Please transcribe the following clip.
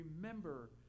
remember